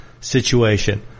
situation